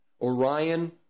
Orion